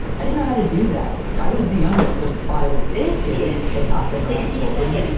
i didn't know how to do that. i was the youngest of five kids, had not been around children.